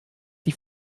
die